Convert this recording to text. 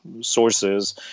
sources